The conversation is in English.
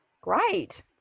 great